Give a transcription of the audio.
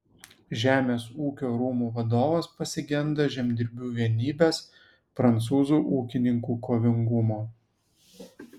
žemės ūkio rūmų vadovas pasigenda žemdirbių vienybės prancūzų ūkininkų kovingumo